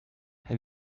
have